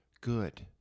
good